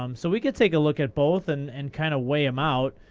um so we could take a look at both and and kind of weigh em out.